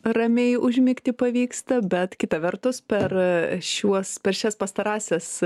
ramiai užmigti pavyksta bet kita vertus per šiuos per šias pastarąsias